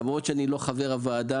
למרות שאני לא חבר הוועדה,